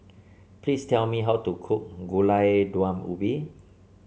please tell me how to cook Gulai Daun Ubi